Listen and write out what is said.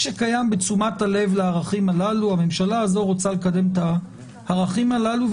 הזאת רוצה לקדם את הערכים הללו,